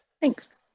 thanks